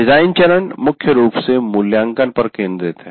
design चरण मुख्य रूप से मूल्यांकन पर केंद्रित है